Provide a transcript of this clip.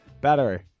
Battery